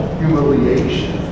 humiliation